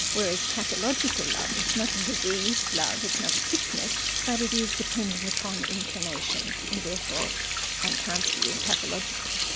whereas pathological love, it's not a diseased love, it's not a sickness, but it is dependent upon inclination, and therefore in kant's view, is pathological.